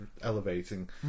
elevating